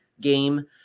game